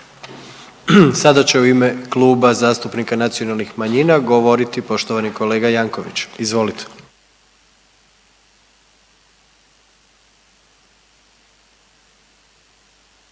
Sada će u ime Kluba zastupnika Nacionalnih manjina govoriti poštovani kolega Jankovics, izvolite.